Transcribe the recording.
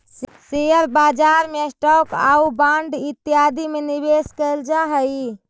share बाजार में stock आउ बांड इत्यादि में निवेश कैल जा हई